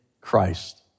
Christ